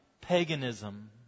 paganism